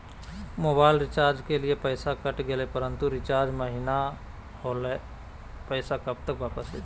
Mobile recharge के लिए पैसा कट गेलैय परंतु रिचार्ज महिना होलैय, पैसा कब तक वापस आयते?